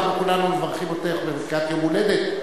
כולנו מברכים אותך בברכת יום הולדת,